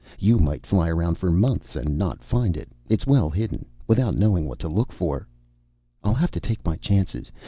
you might fly around for months and not find it. it's well hidden. without knowing what to look for i'll have to take my chances.